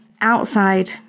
outside